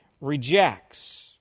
rejects